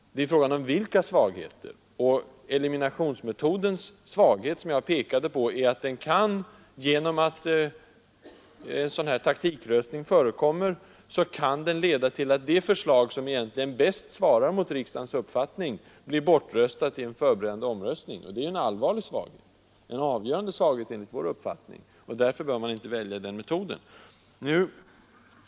Ja, men frågan är vilka svagheter de har. Eliminationsmetodens svaghet, som jag har pekat på, är att den, genom att taktikröstning förekommer, kan leda till att det förslag som egentligen bäst svarar mot riksdagens uppfattning, blir bortröstat i en förberedande omröstning. Det är enligt vår uppfattning en avgörande svaghet, och därför bör man inte välja den metoden.